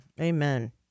Amen